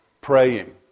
praying